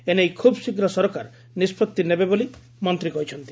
ଏ ନେଇ ଖୁବ୍ ଶୀଘ୍ର ସରକାର ନିଷ୍ବଉି ନେବେ ବୋଲି ମନ୍ତୀ କହିଛନ୍ତି